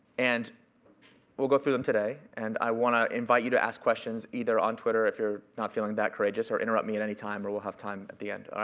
and we'll go through them today. and i wanna invite you to ask questions either on twitter, if you're not feeling that courageous, or interrupt me at any time or we'll have time at the end.